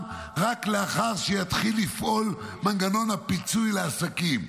רק לאחר שיתחיל לפעול מנגנון הפיצוי לעסקים.